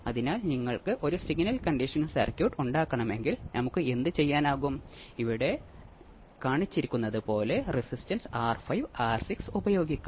അതിനാൽ ഇൻപുട്ടിൽ എനിക്ക് ഒരു സിഗ്നൽ ഉണ്ടെങ്കിൽ എന്റെ ഔട്ട്പുട്ട് നൂറ്റി എൺപത് ഡിഗ്രി ഫേസിലായിരിക്കും